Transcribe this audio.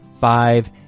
Five